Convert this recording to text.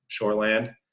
shoreland